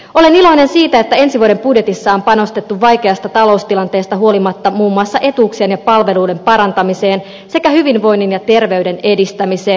olen iloinen siitä että ensi vuoden budjetissa on panostettu vaikeasta taloustilanteesta huolimatta muun muassa etuuksien ja palveluiden parantamiseen sekä hyvinvoinnin ja terveyden edistämiseen